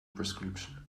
prescription